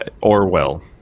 Orwell